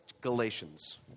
Galatians